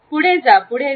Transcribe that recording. पुढे जा पुढे जा